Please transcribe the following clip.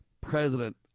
president